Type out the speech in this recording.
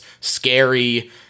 scary